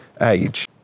age